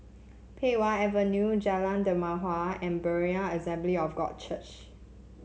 Pei Wah Avenue Jalan Dermawan and Berean Assembly of God Church